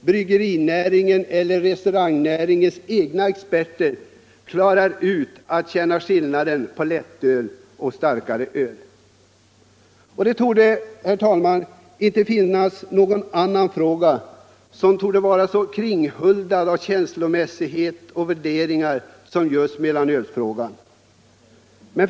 bryggerinäringens eller restaurangnäringens egna experter klarar av att känna skillnaden på lättöl och Det torde, herr talman, inte finnas någon annan fråga som är lika kringgärdad av känslomässiga värderingar som just mellanölsfrågan.